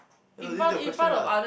eh no this your question [what]